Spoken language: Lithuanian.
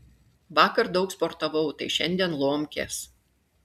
vakar daug sportavau tai šiandien lomkės